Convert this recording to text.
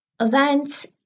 events